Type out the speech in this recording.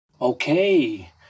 Okay